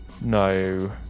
No